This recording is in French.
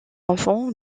enfants